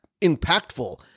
impactful